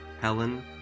Helen